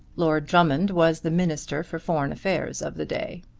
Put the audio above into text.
lord drummond was the minister for foreign affairs of the day.